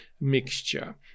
mixture